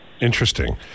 Interesting